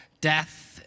death